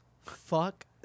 fuck